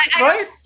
right